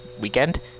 weekend